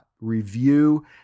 review